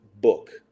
book